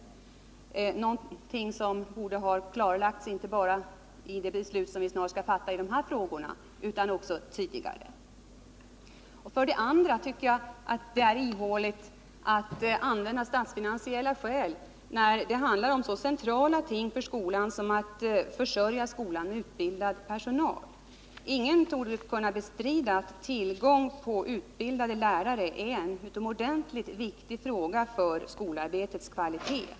Det borde ha klarlagts tidigare och inte bara i samband med de beslut som vi skall fatta i dessa frågor. För det andra är argumentet ”statsfinansiella skäl” ihåligt när det handlar om så centrala ting för skolan som att försörja skolan med utbildad personal. Ingen torde väl kunna bestrida att tillgång på utbildade lärare är en utomordentligt viktig fråga för skolarbetets kvalitet.